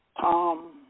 Tom